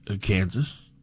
Kansas